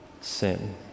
sin